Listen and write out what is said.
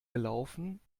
gelaufen